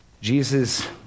Jesus